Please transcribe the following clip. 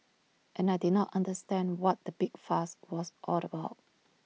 and I did not understand what the big fuss was all about